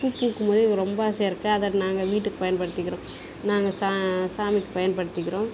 பூ பூக்கும்போது எனக்கு ரொம்ப ஆசையாக இருக்குது அதை நாங்கள் வீட்டுக்கு பயன்படுத்திக்கிறோம் நாங்கள் சா சாமிக்கு பயன்படுத்திக்கிறோம்